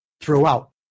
throughout